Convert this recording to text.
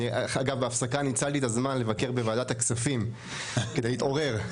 בהפסקה ניצלתי את הזמן לבקר בוועדת הכספים כדי להתעורר,